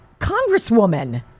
congresswoman